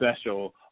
Special